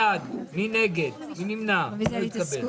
הצבעה הרוויזיה לא נתקבלה הרוויזיה לא התקבלה.